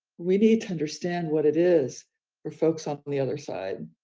we need to understand what it is for folks on the other side,